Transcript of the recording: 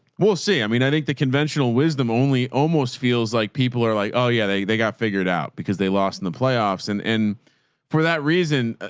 we'll see. i mean, i think the conventional wisdom only almost feels like people are like, oh yeah, they they got figured out because they lost in the playoffs. and, and for that reason,